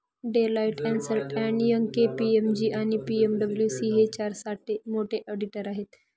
Deloitte, अस्न्टर and Young, KPMG आणि पी.डब्ल्यू.सी हे चार मोठे ऑडिटर आहेत